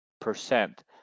percent